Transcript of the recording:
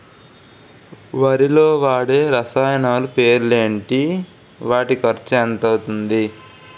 వరిలో వాడే రసాయనాలు పేర్లు ఏంటి? వాటి ఖర్చు ఎంత అవతుంది?